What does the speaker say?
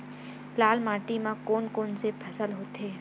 लाल माटी म कोन कौन से फसल होथे?